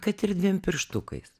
kad ir dviem pirštukais